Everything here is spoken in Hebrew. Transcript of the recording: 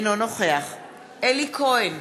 אינו נוכח אלי כהן,